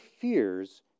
fears